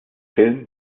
film